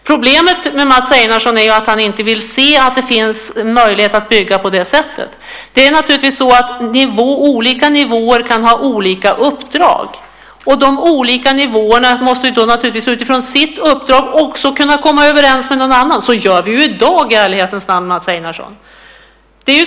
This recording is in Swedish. Problemet med Mats Einarsson är att han inte vill se att det finns en möjlighet att bygga på det sättet. Det är naturligtvis så att olika nivåer kan ha olika uppdrag, och de olika nivåerna måste naturligtvis utifrån sitt uppdrag också kunna komma överens med någon annan. Så gör vi ju i dag i ärlighetens namn, Mats Einarsson.